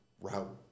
route